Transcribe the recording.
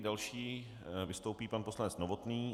Další vystoupí pan poslanec Novotný.